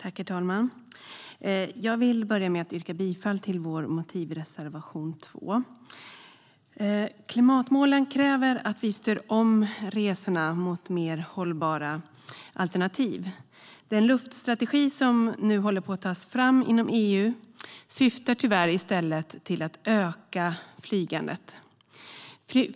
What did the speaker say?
Herr talman! Jag vill börja med att yrka bifall till vår motivreservation 2. Klimatmålen kräver att vi styr om resorna mot mer hållbara alternativ. Den luftfartsstrategi som nu håller på att tas fram inom EU syftar tyvärr i stället till att öka flygandet.